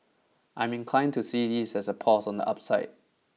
I'm inclined to see this as a pause on the upside